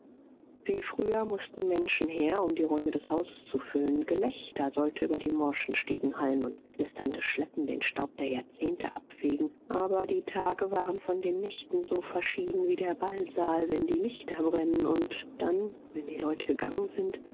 wie früher mußten menschen her um die räume des hauses zu füllen gelächter sollte über die morschen stiegen hallen und knisternde schleppen den staub der jahrzehnte abfegen aber die tage waren von den nächten so verschieden wie der ballsaal wenn die lichter brennen und dann wenn die leute gegangen sind